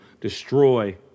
destroy